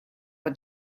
for